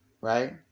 right